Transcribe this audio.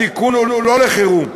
התיקון הוא לא לחירום.